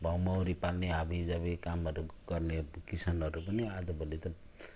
वा मौरी पाल्ने हाभी जाभी कामहरू गर्ने किसानहरू पनि आज भोलि त